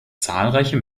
zahlreiche